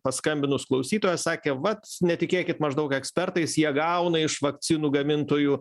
paskambinus klausytoja sakė vat netikėkit maždaug ekspertais jie gauna iš vakcinų gamintojų